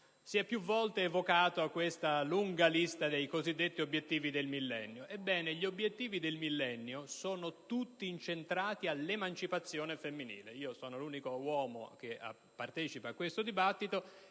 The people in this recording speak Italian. Si è più volte evocata la lunga lista dei cosiddetti obiettivi del Millennio; ebbene, tali obiettivi sono tutti incentrati sull'emancipazione femminile. Sono l'unico uomo che partecipa a questo dibattito